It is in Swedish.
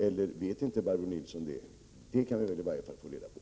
Eller vet inte Barbro Nilsson någonting om det? Det kan vi väl i alla fall få reda på.